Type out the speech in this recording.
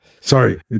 Sorry